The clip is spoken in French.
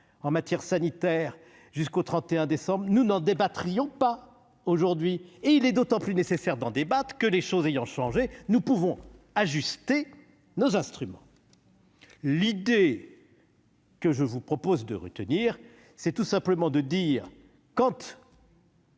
en matière sanitaire jusqu'au 31 décembre, nous n'en débattrions pas aujourd'hui. Et il est d'autant plus nécessaire d'en débattre que, les choses ayant changé, nous pouvons ajuster nos instruments. L'idée toute simple que je vous propose de retenir est la suivante :